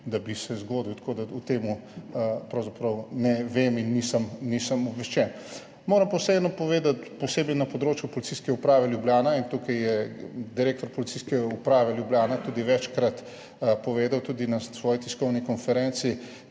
da bi se zgodilo, tako da tega pravzaprav ne vem in o tem nisem obveščen. Moram pa vseeno povedati, posebej na področju Policijske uprave Ljubljana, tukaj je direktor Policijske uprave Ljubljana večkrat povedal, tudi na svoji tiskovni konferenci,